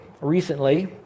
recently